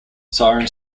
siren